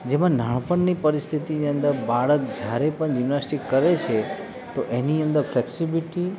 જેમાં નાનપણની પરિસ્થિતિની અંદર બાળક જ્યારે પણ જિમ્નાસ્ટીક કરે છે તો એની અંદર ફ્લેક્સિબ્લીટી